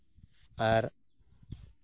ᱟᱨ